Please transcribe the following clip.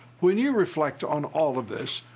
when you reflect on all of this,